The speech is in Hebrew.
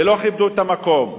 ולא כיבדו את המקום,